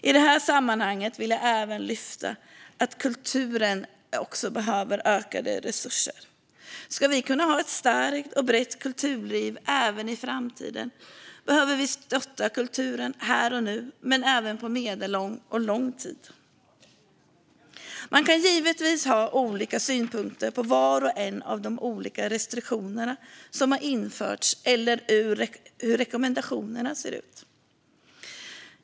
I detta sammanhang vill jag lyfta fram att också kulturen behöver ökade resurser. Ska vi kunna ha ett starkt och brett kulturliv även i framtiden behöver vi stötta kulturen här och nu men även på medellång och lång sikt. Man kan givetvis ha synpunkter på var och en av de olika restriktioner som har införts eller på hur rekommendationerna ser ut.